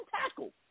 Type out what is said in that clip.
tackle